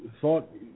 thought